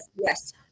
yes